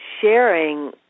sharing